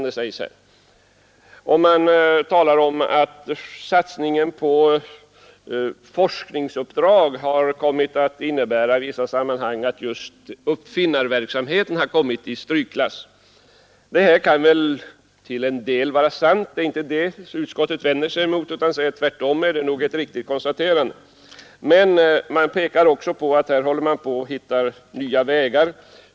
Det framhålls att satsningen på forskningsuppdrag har kommit att i vissa sammanhang innebära att uppfinnarverksamheten har hamnat i strykklass. Detta kan väl till en del vara sant; utskottet vänder sig inte mot det utan säger tvärtom att det nog är ett riktigt konstaterande. Men vi säger också att man här håller på att finna nya vägar.